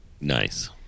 Nice